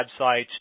websites